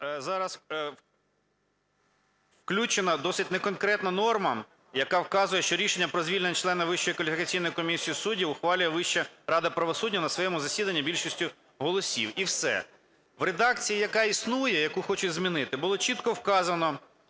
зараз, включена досить неконкретна норма, яка вказує, що рішення про звільнення члена Вищої кваліфікаційної комісії суддів ухвалює Вища рада правосуддя на своєму засіданні більшістю голосів і все. В редакції, яка існує, яку хочуть змінити, було чітко вказано,